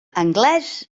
anglès